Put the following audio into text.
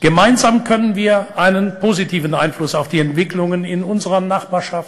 אלה למעשה מערערים את היציבות שלנו.